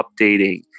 updating